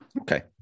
Okay